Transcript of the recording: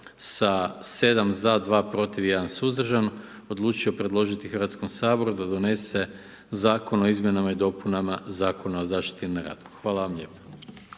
sa 7 za, 2 protiv i 1 suzdržan odlučio predložiti Hrvatskom saboru da donese Zakon o izmjenama i dopunama Zakona o zaštiti na radu. Hvala vam lijepo.